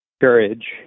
courage